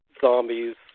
zombies